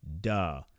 duh